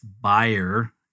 buyer